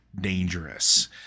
dangerous